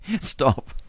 stop